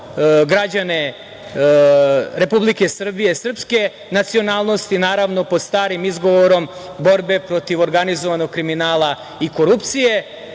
građane Republike Srbije srpske nacionalnosti, naravno pod starim izgovorom borbe protiv organizovanog kriminala i korupcije,